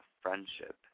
friendship